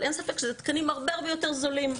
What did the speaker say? אבל אין ספק שאלה תקנים הרבה הרבה יותר זולים,